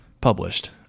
Published